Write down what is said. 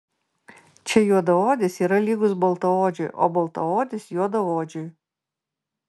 čia juodaodis yra lygus baltaodžiui o baltaodis juodaodžiui